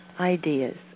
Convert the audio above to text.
ideas